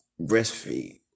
breastfeed